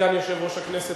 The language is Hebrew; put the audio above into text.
סגן יושב-ראש הכנסת,